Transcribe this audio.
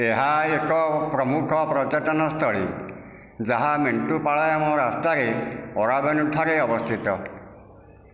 ଏହା ଏକ ପ୍ରମୁଖ ପର୍ଯ୍ୟଟନ ସ୍ଥଳୀ ଯାହା ମେଟ୍ଟୁପାଳୟମ୍ ରାସ୍ତାରେ ଅରାବେନୁ ଠାରେ ଅବସ୍ଥିତ